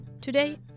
Today